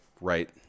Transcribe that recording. Right